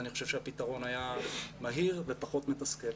אני חושב שהפתרון היה מהיר ופחות מתסכל.